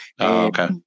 Okay